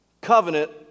covenant